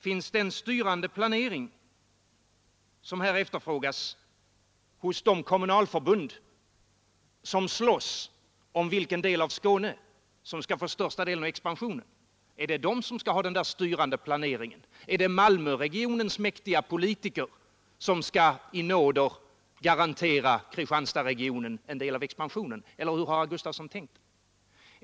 Finns den styrande planering som här efterfrågas hos de kommunalförbund som slåss om vilken del av Skåne som skall få största delen av expansionen? Är det Malmöregionens mäktiga politiker som skall i nåder garantera Kristianstadsregionen en del av expansionen, eller hur har herr Gustafson tänkt?